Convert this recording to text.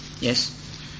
Yes